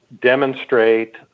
demonstrate